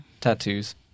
tattoos